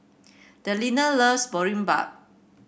Delina loves Boribap